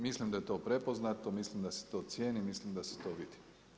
Mislim da je to prepoznato, mislim da se to cijeni, mislim da se to vidi.